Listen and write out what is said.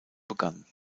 begann